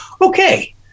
okay